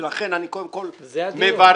זה הדיון.